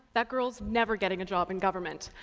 that girl is never getting a job in government!